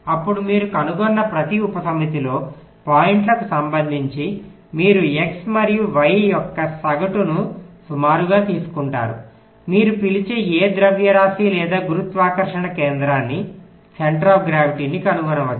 అప్పుడు మీరు కనుగొన్న ప్రతి ఉపసమితిలో పాయింట్లకు సంబంధించి మీరు x మరియు ys యొక్క సగటును సుమారుగా తీసుకుంటారు మీరు పిలిచే ఏ ద్రవ్యరాశి లేదా గురుత్వాకర్షణ కేంద్రాన్ని కనుగొనవచ్చు